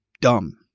dumb